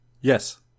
yes